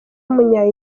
w’umunya